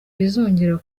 bizongera